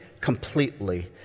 completely